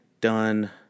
done